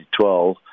2012